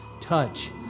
Touch